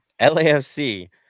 LAFC